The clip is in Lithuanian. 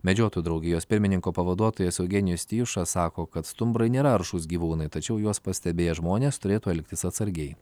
medžiotojų draugijos pirmininko pavaduotojas eugenijus tijušas sako kad stumbrai nėra aršūs gyvūnai tačiau juos pastebėję žmonės turėtų elgtis atsargiai